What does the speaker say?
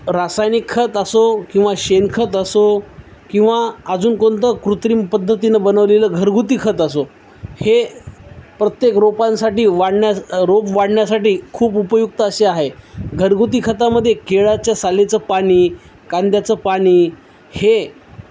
रासायनिक खत असो किंवा शेणखत असो किंवा अजून कोणतं कृत्रिम पद्धतीनं बनवलेलं घरगुती खत असो हे प्रत्येक रोपांसाठी वाढण्यास रोप वाढण्यासाठी खूप उपयुक्त असे आहे घरगुती खतामध्ये केळाच्या सालेचं पाणी कांद्याचं पाणी हे